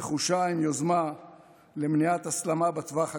נחושה, עם יוזמה למניעת הסלמה בטווח הקצר,